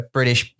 British